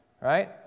Right